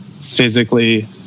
physically